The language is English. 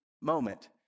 moment